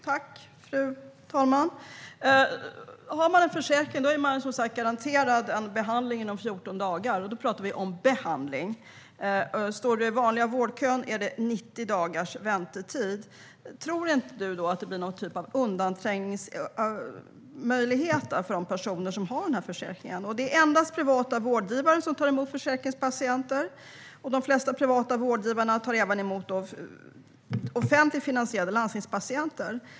Fru talman! Har man en försäkring är man som sagt garanterad en behandling inom 14 dagar - och då pratar vi om behandling . I vanliga vårdkön är det 90 dagars väntetid. Tror inte du att det blir någon typ av undanträngningsmöjligheter för de personer som har försäkring? Det är endast privata vårdgivare som tar emot försäkringspatienter. De flesta privata vårdgivare tar även emot offentligt finansierade landstingspatienter.